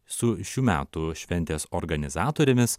su šių metų šventės organizatorėmis